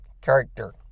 character